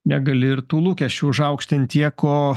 negali ir tų lūkesčių užaukštint tiek ko